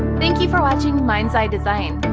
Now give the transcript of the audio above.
thank you for watching minds eye design.